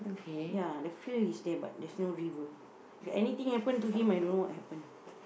ya the field is there but there's no river if anything happen to him I don't know what happen